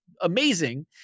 amazing